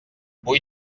vull